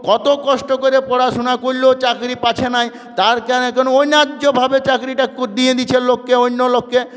কত কষ্ট করে পড়াশুনা করলেও চাকরি পাচ্ছে না তার কারণ অন্যায্যভাবে চাকরিটা দিয়ে দিচ্ছে লোককে অন্য লোককে